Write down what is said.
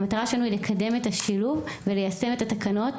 והמטרה שלנו היא לקדם את השילוב וליישם את התקנות,